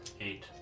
Eight